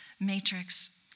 matrix